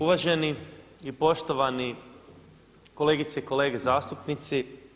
Uvaženi i poštovani kolegice i kolege zastupnici.